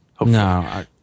No